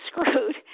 screwed